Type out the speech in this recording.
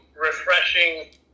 refreshing